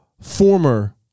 former